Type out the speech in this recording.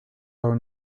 our